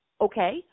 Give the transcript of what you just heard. okay